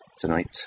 tonight